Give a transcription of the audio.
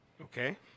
okay